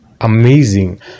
Amazing